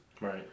right